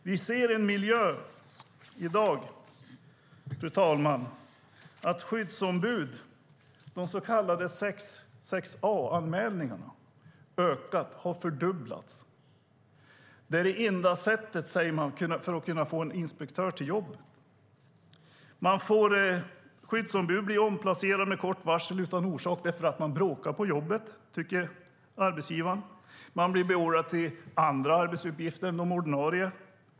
Vi ser i dag, fru talman, att de så kallade 6:6 a-anmälningarna har ökat - de har fördubblats. Det är det enda sättet, säger man, att kunna få en inspektör till jobbet. Skyddsombud blir omplacerade med kort varsel utan orsak för att arbetsgivaren tycker att de bråkar på jobbet. De beordras andra arbetsuppgifter än de ordinarie.